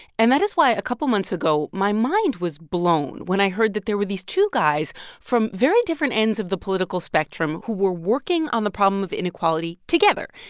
and that is why, a couple of months ago, my mind was blown when i heard that there were these two guys from very different ends of the political spectrum who were working on the problem of inequality together.